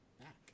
back